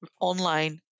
online